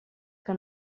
que